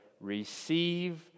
receive